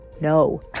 no